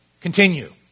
continue